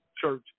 church